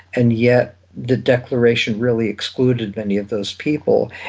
and yet the declaration really excluded many those people.